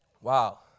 Wow